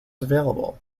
available